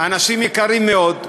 אנשים יקרים מאוד,